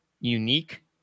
unique